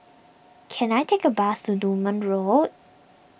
can I take a bus to Durban Road